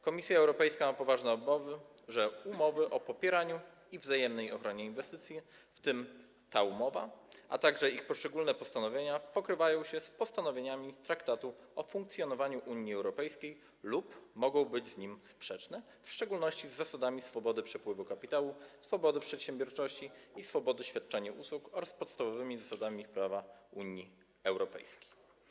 Komisja Europejska ma poważne obawy, że umowy o popieraniu i wzajemnej ochronie inwestycji, w tym ta umowa, a także ich poszczególne postanowienia, pokrywają się z postanowieniami Traktatu o funkcjonowaniu Unii Europejskiej lub mogą być z nim sprzeczne, w szczególności z zasadami swobody przepływu kapitału, swobody przedsiębiorczości i swobody świadczenia usług, oraz podstawowymi zasadami prawa Unii Europejskiej.